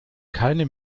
keine